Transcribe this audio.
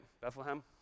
Bethlehem